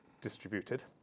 distributed